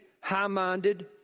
high-minded